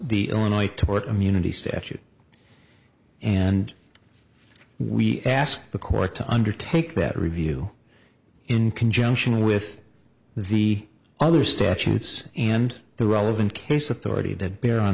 the illinois tort community statute and we ask the court to undertake that review in conjunction with the other statutes and the relevant case authority that bear on